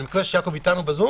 אנחנו פותחים היום בנושא